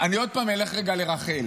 אני עוד פעם אלך רגע לרחל,